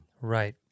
Right